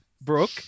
Brooke